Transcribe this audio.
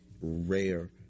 Rare